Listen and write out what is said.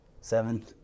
seven